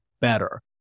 better